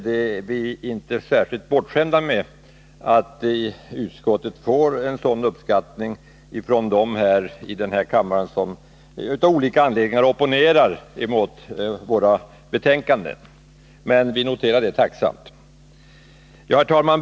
Vi är inte särskilt bortskämda med att utskottet får en sådan uppskattning från dem i denna kammare som av olika anledningar opponerar mot våra betänkanden. Herr talman!